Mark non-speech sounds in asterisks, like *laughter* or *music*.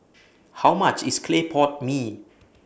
*noise* How much IS Clay Pot Mee